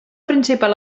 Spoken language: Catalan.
principal